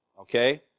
okay